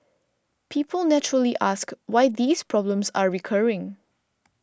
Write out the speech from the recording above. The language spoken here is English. people naturally ask why these problems are recurring